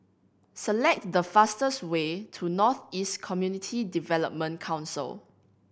select the fastest way to North East Community Development Council